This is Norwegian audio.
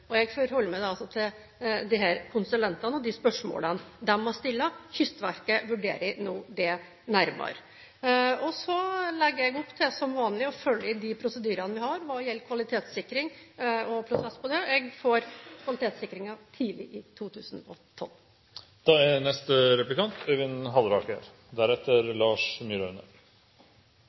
Jeg forholder meg altså til disse konsulentene og de spørsmålene de har stilt. Kystverket vurderer nå dette nærmere. Så legger jeg opp til, som vanlig, å følge de prosedyrene vi har når det gjelder kvalitetssikring og prosess på det. Jeg får kvalitetssikringen tidlig i 2012. Jeg skal spørre statsråden om U 864. Det er